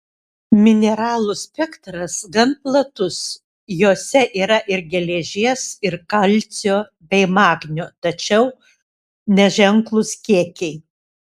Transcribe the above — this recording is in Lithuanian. mineralų spektras gan platus jose yra ir geležies ir kalcio bei magnio tačiau neženklūs kiekiai